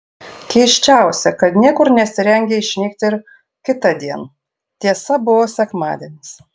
keisčiausia kad niekur nesirengė išnykti ir kitądien tiesa buvo sekmadienis